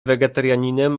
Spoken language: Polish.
wegetarianinem